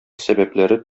сәбәпләре